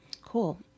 Cool